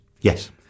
Yes